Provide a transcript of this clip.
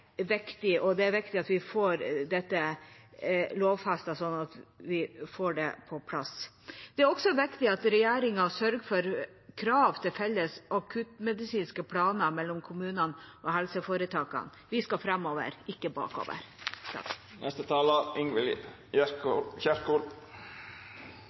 viktig, og det er viktig at vi får dette lovfestet, slik at vi får det på plass. Det er også viktig at regjeringa sørger for krav til felles akuttmedisinske planer for kommunene og helseforetakene. Vi skal framover, ikke bakover.